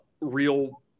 real